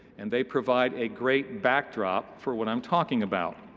and they provide a great backdrop for what i'm talking about.